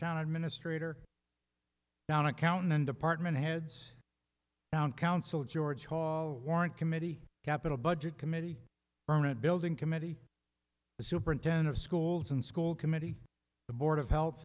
town administrator now an accountant and department heads down council george hall warrant committee capital budget committee permanent building committee the superintendent of schools and school committee the board of health